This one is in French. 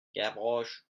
gavroche